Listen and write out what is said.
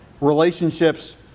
Relationships